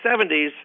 70s